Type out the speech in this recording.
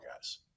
guys